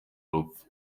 rupfu